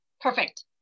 Perfect